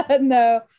no